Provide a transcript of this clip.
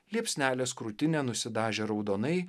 liepsnelės krūtinė nusidažė raudonai